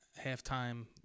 halftime